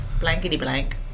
blankety-blank